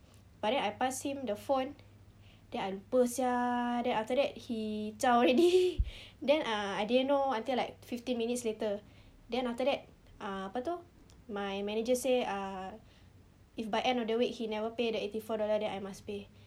but then I passed him the phone then I lupa sia then after that he zao already then uh I didn't know until like fifteen minutes later then after that apa itu my manager say ah if by end of the week he never pay the eighty four dollar then I must pay